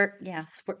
Yes